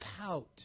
pout